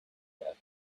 that